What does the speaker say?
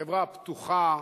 חברה פתוחה,